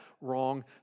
wrong